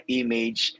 image